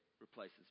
replaces